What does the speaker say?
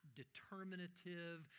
determinative